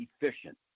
efficient